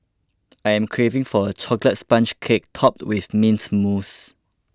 I am craving for a Chocolate Sponge Cake Topped with Mint Mousse